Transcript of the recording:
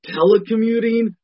Telecommuting